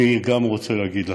אני גם רוצה להגיד לכם: